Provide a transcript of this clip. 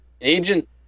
agent